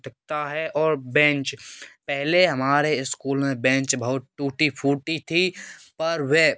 दिखता है और बेंच पहेले हमारे इस्कूल में बेंच बहोत टूटी फूटी थी पर वह